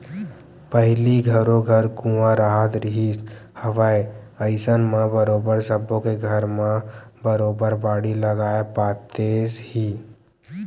पहिली घरो घर कुँआ राहत रिहिस हवय अइसन म बरोबर सब्बो के घर म बरोबर बाड़ी लगाए पातेस ही